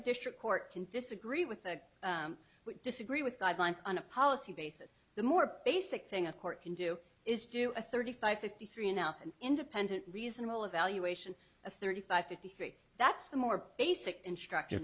a district court can disagree with the we disagree with guidelines on a policy basis the more basic thing a court can do is do a thirty five fifty three nelson independent reasonable evaluation of thirty five fifty three that's the more basic instruct